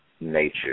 nature